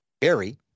Barry